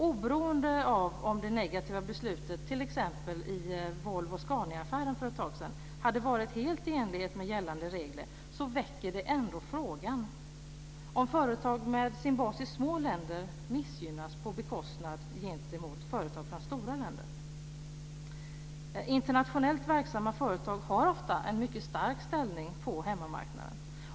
Oberoende av om det negativa beslutet i t.ex. Volvo-Scania-affären för ett tag sedan hade varit helt i enlighet med gällande regler, väcker det ändå frågan om företag med sin bas i små länder missgynnas gentemot företag från stora länder. Internationellt verksamma företag har ofta en mycket stark ställning på hemmamarknaden.